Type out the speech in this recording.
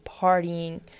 partying